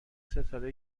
ستاره